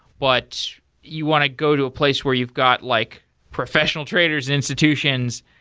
but you want to go to a place where you've got like professional traders, institutions.